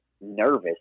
nervous